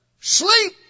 sleep